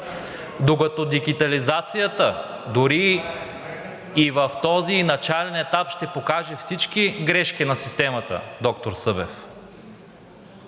докато дигитализацията дори и в този ѝ начален етап ще покаже всички грешки на системата, доктор Събев,